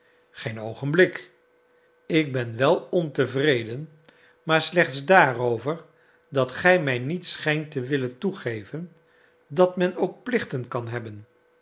geen oogenblik ik ben wel ontevreden maar slechts daarover dat gij mij niet schijnt te willen toegeven dat men ook plichten kan hebben